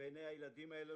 בעיני הילדים האלה,